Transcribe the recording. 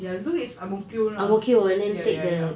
ya zoo is ang mo kio lah ya ya ya